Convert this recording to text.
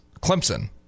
Clemson